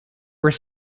were